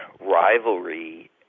rivalry